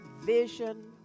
vision